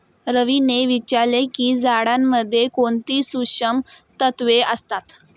रवीने विचारले की झाडांमध्ये कोणती सूक्ष्म तत्वे असतात?